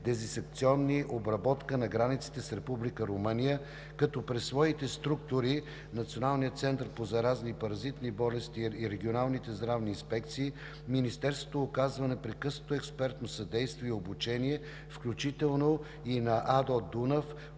дезинсекционна обработка на границата с Република Румъния, като чрез своите структури – Националния център по заразни и паразитни болести и регионалните здравни инспекции, Министерството оказва непрекъснато експертно съдействие и обучения, включително и на Асоциацията